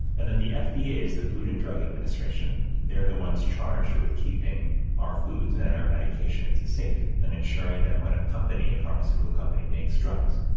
and then the fda is the food and drug administration. they're the ones charged with keeping our foods and and our medications safe and ensuring that when a company, a pharmaceutical company makes drugs,